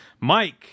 Mike